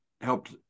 helped